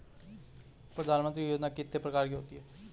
प्रधानमंत्री योजना कितने प्रकार की होती है?